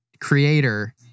creator